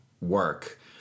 work